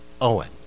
Owen